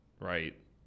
right